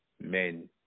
men